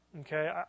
Okay